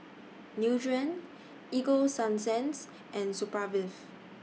Nutren Ego Sunsense and